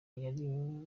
hari